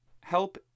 Help